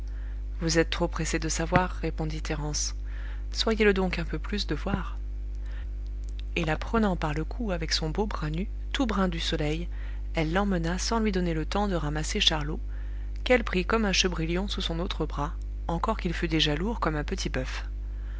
vous êtes trop pressée de savoir répondit thérence soyez-le donc un peu plus de voir et la prenant par le cou avec son beau bras nu tout brun du soleil elle l'emmena sans lui donner le temps de ramasser charlot qu'elle prit comme un chebrilion sous son autre bras encore qu'il fût déjà lourd comme un petit boeuf